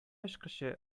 ачкычы